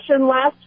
last